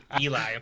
Eli